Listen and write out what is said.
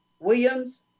Williams